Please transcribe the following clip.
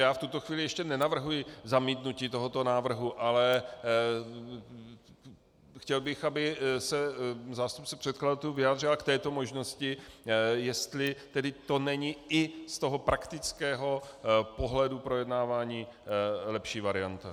Já v tuto chvíli ještě nenavrhuji zamítnutí tohoto návrhu, ale chtěl bych, aby se zástupkyně předkladatelů vyjádřila k této možnosti, jestli to není i z toho praktického pohledu projednávání lepší varianta.